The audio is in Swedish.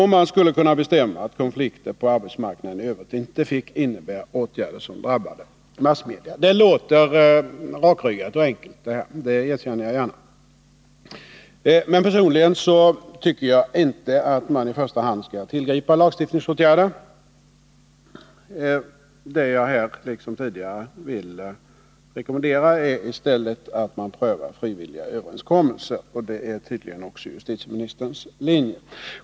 Man skulle kunna bestämma att konflikter på arbetsmarknaden i övrigt inte fick innebära åtgärder som drabbar massmedia. Det här låter rakryggat och enkelt, det erkänner jag gärna. Men personligen tycker jag inte att man i första hand skall tillgripa lagstiftningsåtgärder. Vad jag nu liksom tidigare vill rekommendera är i stället att man prövar frivilliga överenskommelser. Det är tydligen också justitieministerns linje.